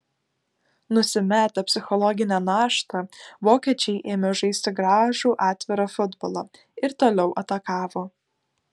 nusimetę psichologinę naštą vokiečiai ėmė žaisti gražų atvirą futbolą ir toliau atakavo